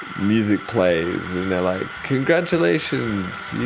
music plays and they're like, congratulations! you've